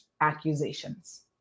accusations